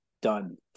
done